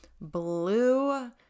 blue